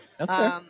Okay